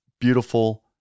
beautiful